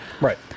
Right